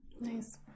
Nice